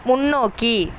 முன்னோக்கி